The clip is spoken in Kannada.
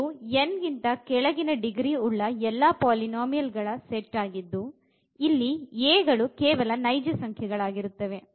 ಇದು n ಗಿಂತ ಕೆಳಗಿನ ಡಿಗ್ರೀ ಉಳ್ಳ ಎಲ್ಲಾ ಪಾಲಿನೋಮಿಯಲ್ ಗಳ ಸೆಟ್ ಆಗಿದ್ದು ಇಲ್ಲಿ a ಗಳು ಕೇವಲ ನೈಜ ಸಂಖ್ಯೆಗಳಾಗಿರುತ್ತದೆ